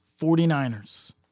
49ers